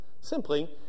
simply